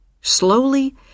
Slowly